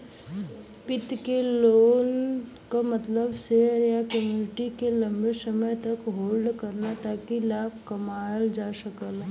वित्त में लॉन्ग क मतलब शेयर या इक्विटी के लम्बे समय तक होल्ड करना ताकि लाभ कमायल जा सके